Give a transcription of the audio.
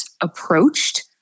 approached